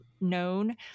known